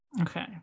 Okay